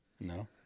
No